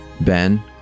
Ben